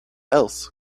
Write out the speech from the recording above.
else